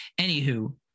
Anywho